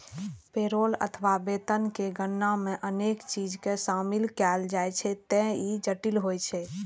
payroll अथवा वेतन के गणना मे अनेक चीज कें शामिल कैल जाइ छैं, ते ई जटिल होइ छै